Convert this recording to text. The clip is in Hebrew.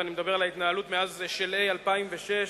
ואני מדבר על ההתנהלות מאז שלהי שנת 2006,